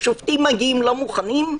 השופטים מגיעים לא מוכנים,